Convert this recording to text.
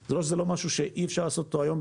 זה לא משהו שאי-אפשר לעשות אותו היום,